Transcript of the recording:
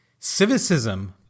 civicism